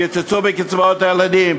קיצצו בקצבאות הילדים,